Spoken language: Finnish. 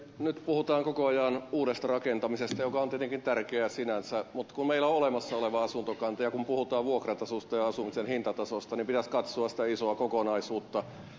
nyt puhutaan koko ajan uudesta rakentamisesta joka on tietenkin tärkeää sinänsä mutta kun meillä on olemassa oleva asuntokanta ja kun puhutaan vuokratasosta ja asumisen hintatasosta niin pitäisi katsoa sitä isoa kokonaisuutta